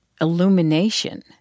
illumination